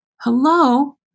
hello